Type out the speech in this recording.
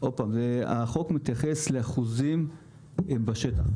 החוק מתייחס לאחוזים בשטח.